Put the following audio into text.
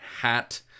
hat